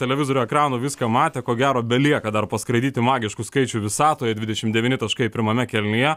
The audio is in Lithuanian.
televizorių ekranų viską matė ko gero belieka dar paskraidyti magiškų skaičių visatoje dvidešim devyni taškai pirmame kėlinyje